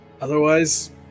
otherwise